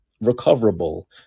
recoverable